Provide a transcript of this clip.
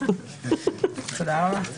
תודה רבה.